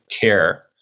care